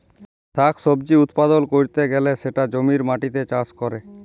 শাক সবজি উৎপাদল ক্যরতে গ্যালে সেটা জমির মাটিতে চাষ ক্যরে